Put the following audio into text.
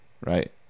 right